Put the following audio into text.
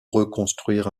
reconstruire